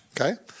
Okay